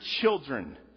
children